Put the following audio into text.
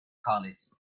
college